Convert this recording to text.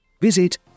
Visit